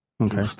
okay